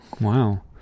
wow